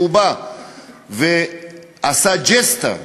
שהוא בא ועשה ג'סטה,